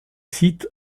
cite